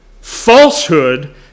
falsehood